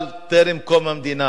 אבל טרם קום המדינה